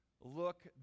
Look